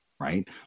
right